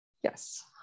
Yes